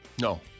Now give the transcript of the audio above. No